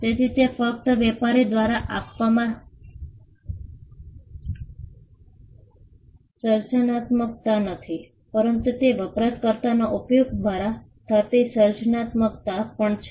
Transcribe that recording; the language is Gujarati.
તેથી તે ફક્ત વેપારી દ્વારા કરવામાં આવતી સર્જનાત્મકતા નથી પરંતુ તે વપરાશકર્તાઓના ઉપયોગ દ્વારા થતી સર્જનાત્મકતા પણ છે